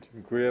Dziękuję.